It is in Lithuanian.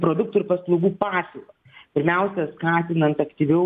produktų ir paslaugų pasiūlą pirmiausia skatinant aktyviau